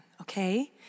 okay